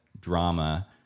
drama